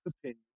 opinion